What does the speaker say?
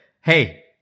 hey